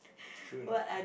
true enough